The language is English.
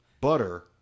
Butter